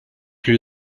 plus